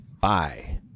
bye